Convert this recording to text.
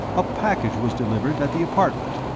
a package was delivered at the apartment,